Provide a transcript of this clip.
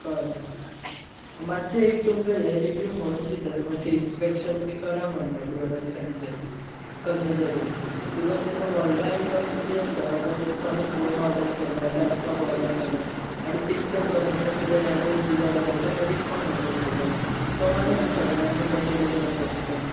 कळ्ळें मातशें हें तुमकां हे रिव्यु म्हणून दिता इन्स्पॅक्शन बी करा म्हणटा प्रॉडक्टसांचे कशें तरेन बिकॉज जेन्ना व्हडले आयटमस बी येता जर कोणें फोन ऑर्डर केलो लॅपटॉप ऑर्डर केलो आनी तेंच्या प्रॉडक्टाक कितें डॅमेज बी जालो जाल्यार मागीर ते कोण हे करतलो कळना न्ही सगळ्यांक तें कशें कितें करपाचे तें